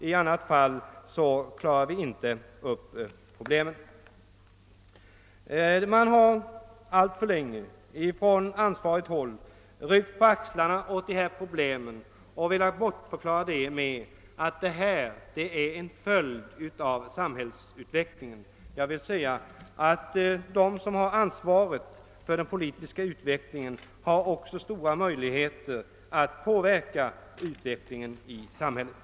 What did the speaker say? I annat fall klarar vi inte upp problemen. Man har alltför länge på ansvarigt håll ryckt på axlarna åt dessa problem och velat bortförklara dem med att de är en följd av samhällsutvecklingen. Jag vill säga att de som har ansvaret för den politiska utvecklingen också har stora möjligheter att påverka utvecklingen i samhället.